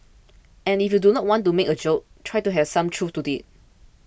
and if you do want to make a joke try to have some truth to it